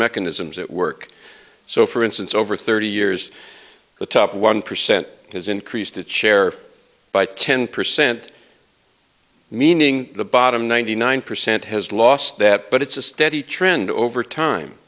mechanisms at work so for instance over thirty years the top one percent has increased its share by ten percent meaning the bottom ninety nine percent has lost that but it's a steady trend over time